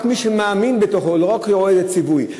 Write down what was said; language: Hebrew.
רק מי שמאמין בו, לא רק רואה בזה ציווי.